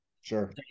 Sure